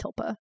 tilpa